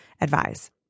advise